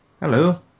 Hello